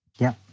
yeah.